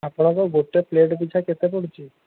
ଆପଣଙ୍କ ଗୋଟେ ପ୍ଲେଟ୍ ପିଛା କେତେ ପଡ଼ୁଛି